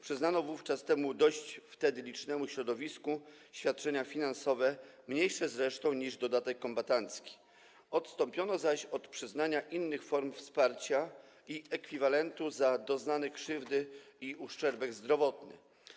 Przyznano wówczas temu środowisku, dość wtedy licznemu, świadczenia finansowe, mniejsze zresztą niż dodatek kombatancki, odstąpiono zaś od przyznania innych form wsparcia i ekwiwalentu za doznane krzywdy i uszczerbek zdrowotny.